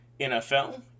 NFL